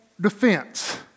defense